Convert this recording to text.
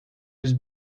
yüz